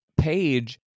page